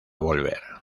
volver